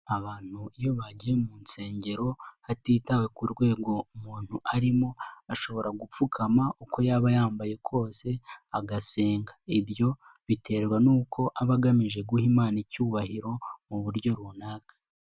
Abantu iyo bajya mu nsengero, hatitawe ku rwego umuntu arimo, ashobora gupfukama uko yaba yambaye kose, agasenga. Ibyo biterwa n'uko aba agamije guha Imana icyubahiro mu buryo runaka.